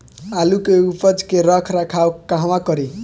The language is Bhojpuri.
आलू के उपज के रख रखाव कहवा करी?